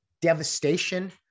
devastation